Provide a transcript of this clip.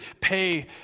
pay